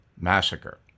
Massacre